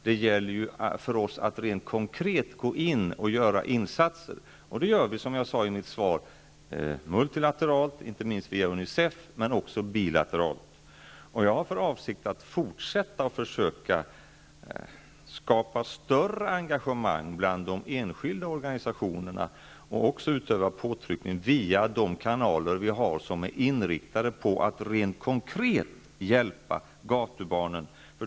Det gäller för oss att gå in rent konkret och göra insatser. Det gör vi, som jag sade i mitt svar, multilateralt, inte minst via UNICEF, men också bilateralt. Jag har för avsikt att fortsätta att försöka skapa större engagemang bland de enskilda organisationerna och även utöva påtryckning via de kanaler vi har som är inriktade på att rent konkret hjälpa gatubarnen.